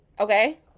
Okay